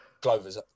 Glover's